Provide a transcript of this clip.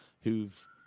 who've